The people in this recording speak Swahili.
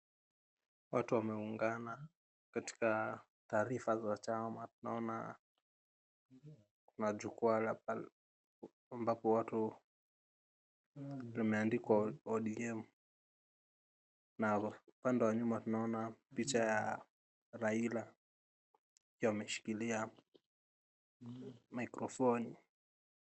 Watu wameungana katika taarifa za chama. Naona kuna jukwaa ambapo limeandikwa ODM na upande wa nyuma tunaona picha ya Raila akiwa ameshikilia maikrofoni.